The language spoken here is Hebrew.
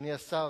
אדוני השר,